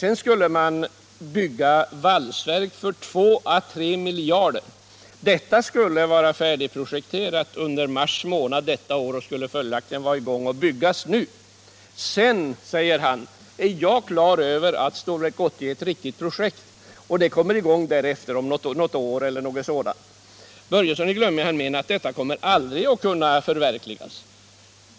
Sedan skulle man bygga valsverk för 2 å 3 miljarder. Detta skulle ha varit färdigprojekterat under mars månad i år och skulle följaktligen vara i gång och byggas nu. Sedan, sade chefen för NJA, är jag klar över att Stålverk 80 är ett riktigt projekt, och det kommer därefter i gång om ett år eller något sådant. Fritz Börjesson menar att detta kommer aldrig att kunna förverkligas.